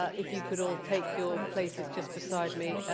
if you could all take your places just beside me.